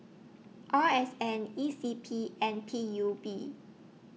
R S N E C P and P U B